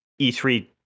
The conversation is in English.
E3